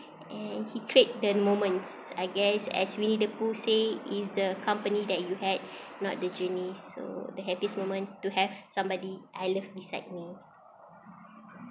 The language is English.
and he create the moments I guess as winnie the pooh say it's the company that you had not the journey so the happiest moment to have somebody I love beside me